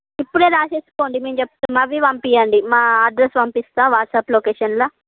ఇప్పుడే రాసుకోండి మేము చెబుతున్నవి పంపించండి మా అడ్రస్ పంపిస్తాను వాట్సాప్ లొకేషన్లో